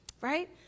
right